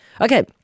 Okay